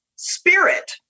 Spirit